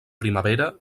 primavera